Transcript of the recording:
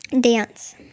Dance